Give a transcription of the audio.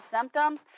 symptoms